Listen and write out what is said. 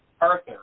Arthur